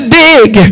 dig